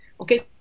Okay